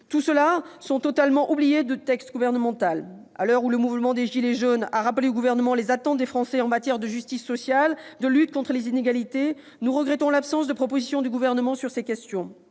sont pourtant totalement oubliés du texte gouvernemental. À l'heure où le mouvement des « gilets jaunes » a rappelé au Gouvernement les attentes des Français en matière de justice sociale et de lutte contre les inégalités, nous regrettons l'absence de propositions du Gouvernement sur ces questions.